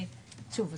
שוב,